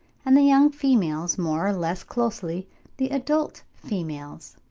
and the young females more or less closely the adult females.